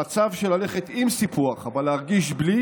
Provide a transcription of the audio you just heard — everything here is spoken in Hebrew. המצב של ללכת עם סיפוח אבל להרגיש בלי